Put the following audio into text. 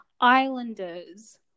islanders